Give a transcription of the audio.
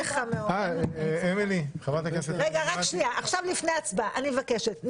לפני הצבעה אני מבקשת,